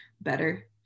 better